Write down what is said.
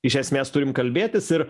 iš esmės turim kalbėtis ir